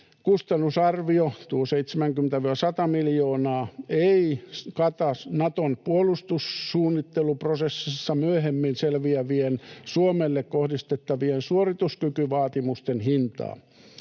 kustannusarvio, tuo 70—100 miljoonaa, ei kata Naton puolustussuunnitteluprosessissa myöhemmin selviävien, Suomelle kohdistettavien suorituskykyvaatimusten hintaa.